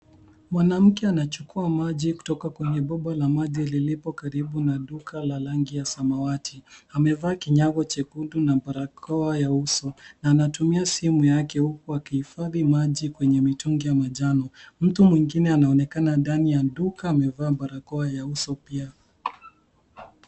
Mwanamke anachukua maji kutoka kwenye bobo la maji lilipo karibu na duka la rangi ya samawati amevaa kinyago chekundu na barakoa ya uso, na anatumia simu yake huku akihifadhi maji kwenye mitungi ya manjano ,mtu mwingine anaonekana ndani ya duka amevaa barakoa ya uso pia.